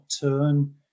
turn